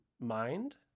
mind